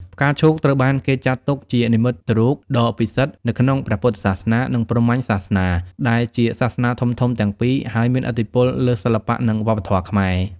ផ្កាឈូកត្រូវបានគេចាត់ទុកជានិមិត្តរូបដ៏ពិសិដ្ឋនៅក្នុងព្រះពុទ្ធសាសនា និងព្រហ្មញ្ញសាសនា ដែលជាសាសនាធំៗទាំងពីរ ហើយមានឥទ្ធិពលលើសិល្បៈ និងវប្បធម៌ខ្មែរ។